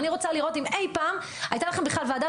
אני רוצה לראות לראות אם אי פעם הייתה לכם בכלל ועדת